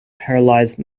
paralysed